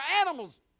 animals